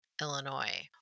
Illinois